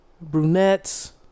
brunettes